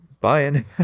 Buying